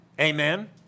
amen